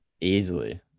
Easily